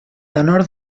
tenor